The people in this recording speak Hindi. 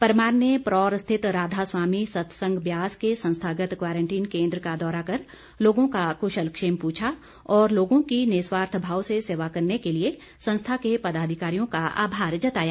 परमार ने परौर स्थित राधास्वामी सतसंग ब्यास के संस्थागत क्वारंटीन केंद्र का दौरा कर लोगों का कुशलक्षेम पूछा और लोगों की निस्वार्थ भाव से सेवा करने के लिए संस्था के पदाधिकारियों का आभार जताया